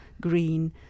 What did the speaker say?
green